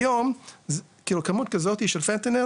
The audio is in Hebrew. היום כמות כזה של פנטניל,